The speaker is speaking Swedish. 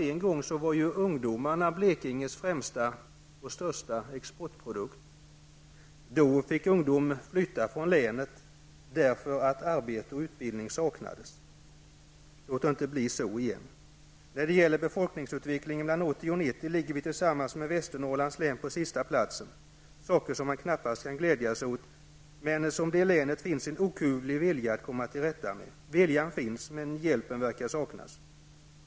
En gång var ungdomarna Blekinges främsta och största exportprodukt. Då fick ungdomarna flytta från länet därför att arbete och utbildning saknades. Låt det inte bli så igen. När det gäller befolkningsutvecklingen mellan 1980 och 1990 ligger Blekinge tillsammans med Västernorrlands län på sista plats. Detta är saker som man knappast kan glädjas åt men som det i länet finns en okuvlig vilja att komma till rätta med. Viljan finns, men hjälpen verkar saknas.